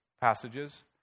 passages